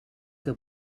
que